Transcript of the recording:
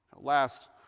Last